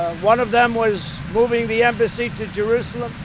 one of them was moving the embassy to jerusalem,